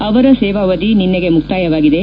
ಅವರ ಸೇವಾವಧಿ ನಿನ್ನೆಗೆ ಮುಕ್ತಾಯವಾಗಿದೆ